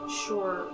sure